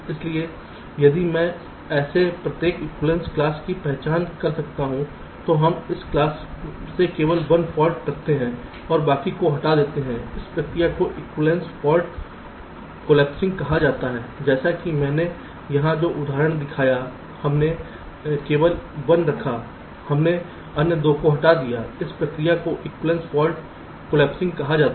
इसलिए यदि मैं ऐसे प्रत्येक एक्विवैलेन्स क्लास की पहचान कर सकता हूं तो हम उस क्लास से केवल 1 फॉल्ट रखते हैं और बाकी को हटा देते हैं इस प्रक्रिया को एक्विवैलेन्स फाल्ट कॉलेप्सिंग कहा जाता है जैसे कि मैंने यहां जो उदाहरण दिखाया है हमने केवल 1 रखा है हमने अन्य 2 को हटा दिया है इस प्रक्रिया को एक्विवैलेन्स फाल्ट कॉलेप्सिंग कहा जाता है